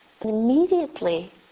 immediately